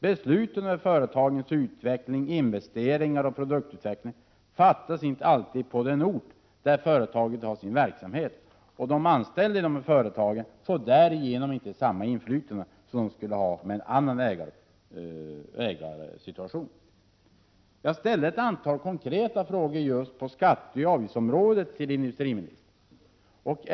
Besluten om företagens investeringar och produktutveckling fattas inte alltid på den ort där företagen har sin verksamhet, och de anställda inom dessa företag får därigenom inte samma inflytande som de skulle ha med en annan ägarsituation. Jag ställde ett antal konkreta frågor på skatteoch avgiftsområdet till industriministern.